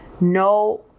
no